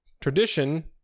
Tradition